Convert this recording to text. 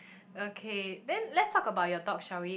okay then let's talk about your dog shall we